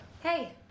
Hey